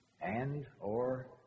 And/or